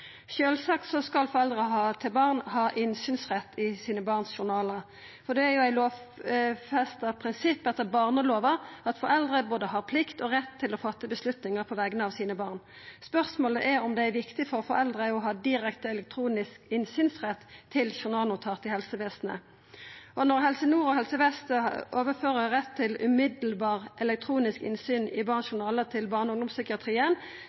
Sjølvsagt skal foreldre ha innsynsrett i sine barns journalar. Det er eit lovfest prinsipp etter barnelova at foreldre både har plikt og rett til å fatta avgjerder på vegner av barna sine. Spørsmålet er om det er viktig for foreldra å ha direkte elektronisk innsynsrett til journalnotat i helsevesenet, og når Helse Nord og Helse Vest overfører rett til umiddelbart elektronisk innsyn i barns journalar til barne- og ungdomspsykiatrien,